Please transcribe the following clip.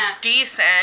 decent